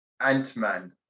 Ant-Man